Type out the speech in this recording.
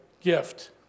gift